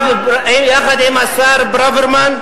אני הייתי בטקס יחד עם השר ברוורמן,